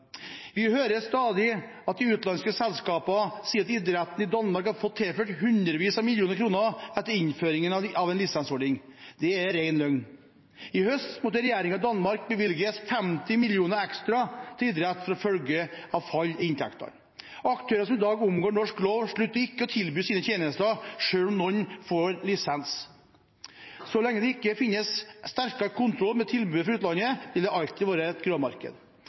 Vi hører stadig at de utenlandske selskapene sier at idretten i Danmark har fått tilført hundrevis av millioner kroner etter innføringen av en lisensordning. Det er ren løgn. I høst måtte regjeringen i Danmark bevilge 50 mill. kroner ekstra til idretten som følge av fall i inntektene. Aktørene som i dag omgår norsk lov, slutter ikke å tilby sine tjenester selv om noen får lisens. Så lenge det ikke finnes sterkere kontroll med tilbudet fra utlandet, vil det alltid være et gråmarked.